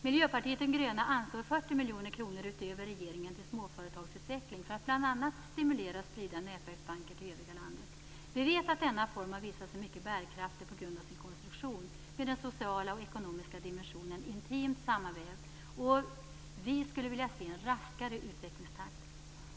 Miljöpartiet de gröna anslår 40 miljoner kronor utöver regeringen till småföretagsutveckling för att bl.a. stimulera och sprida nätverksbanker till övriga landet. Vi vet att denna form har visat sig mycket bärkraftig på grund av sin konstruktion med den sociala och ekonomiska dimensionen intimt sammanvävd, och vi skulle vilja se en raskare utvecklingstakt.